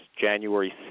January